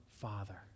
Father